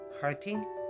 hurting